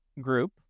group